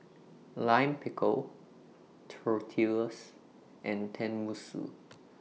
Lime Pickle Tortillas and Tenmusu